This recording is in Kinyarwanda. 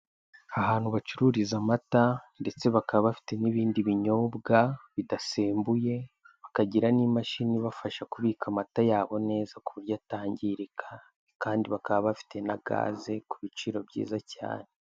Ahantu bacururiza amata ndetse bakaba bafite n'ibindi binyobwa bidasembyuye bakagira n'imashini ibafasha kubika amata yabo neza kuburyo atangirika, kandi bakaba bafite na Gaze ku biciro byiza cyane.